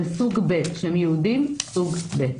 שהם יהודים סוג ב'.